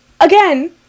Again